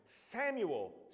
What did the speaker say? Samuel